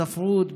בספרות,